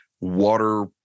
water